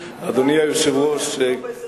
רציתי לספר שברוך